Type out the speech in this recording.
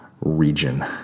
region